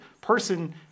Person